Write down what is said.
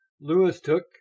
Lewis-Took